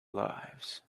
lives